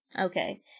Okay